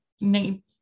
need